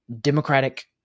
Democratic